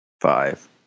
five